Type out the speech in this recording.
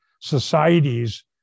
Societies